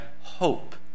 hope